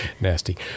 nasty